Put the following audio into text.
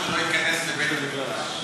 שלא ייכנס לבית-המדרש.